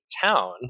town